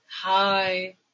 hi